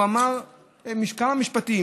הוא אמר כמה משפטים.